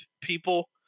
people